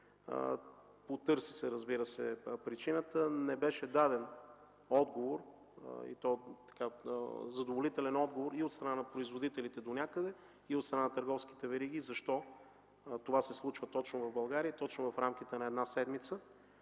потърсихме причината. Не беше даден задоволителен отговор от страна на производителите и от страна на търговските вериги защо това се случва точно в България и точно в рамките на една седмица.